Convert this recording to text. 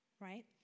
right